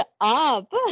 up